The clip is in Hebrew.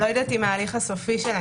אני לא יודעת אם זה ההליך הסופי שלהם.